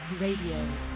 Radio